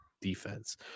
defense